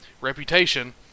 reputation